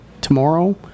tomorrow